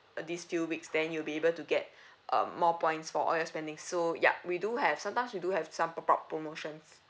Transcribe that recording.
these few weeks then you'll be able to get um more points for all your spending so yup we do have sometimes you do have some pop up promotions